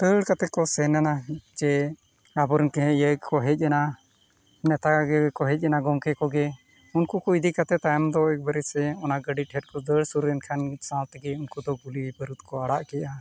ᱫᱟᱹᱲ ᱠᱟᱛᱮ ᱠᱚ ᱥᱮᱱ ᱮᱱᱟ ᱪᱮ ᱟᱵᱚ ᱨᱮᱱ ᱤᱭᱟᱹ ᱠᱚ ᱦᱮᱡ ᱮᱱᱟ ᱱᱮᱛᱟ ᱜᱮᱠᱚ ᱦᱮᱡ ᱮᱱᱟ ᱜᱚᱢᱠᱮ ᱠᱚᱜᱮ ᱩᱱᱠᱩ ᱫᱚ ᱤᱫᱤ ᱠᱟᱛᱮᱫ ᱛᱟᱭᱚᱢ ᱫᱚ ᱮᱠᱵᱟᱨᱮ ᱥᱮ ᱚᱱᱟ ᱜᱟᱹᱰᱤ ᱴᱷᱮᱡ ᱠᱚ ᱫᱟᱹᱲ ᱥᱩᱨᱮᱱ ᱠᱷᱟᱱ ᱥᱟᱶ ᱛᱮᱜᱮ ᱩᱱᱠᱩ ᱫᱚ ᱜᱩᱞᱤ ᱵᱟᱹᱨᱩᱫᱽ ᱠᱚ ᱟᱲᱟᱜ ᱠᱮᱜᱼᱟ